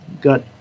Got